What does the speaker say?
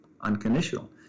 unconditional